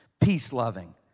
Peace-loving